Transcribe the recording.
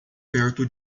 perto